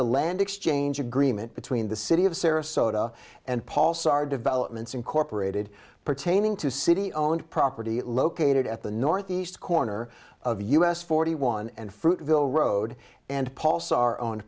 the land exchange agreement between the city of sarasota and paul sard developments incorporated pertaining to city owned property located at the northeast corner of us forty one and fruitvale road and paulse our own